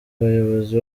abayobozi